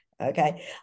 okay